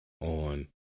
on